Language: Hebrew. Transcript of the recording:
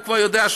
הוא כבר יודע,